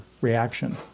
reaction